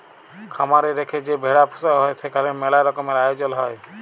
খামার এ রেখে যে ভেড়া পুসা হ্যয় সেখালে ম্যালা রকমের আয়জল হ্য়য়